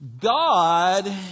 God